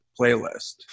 playlist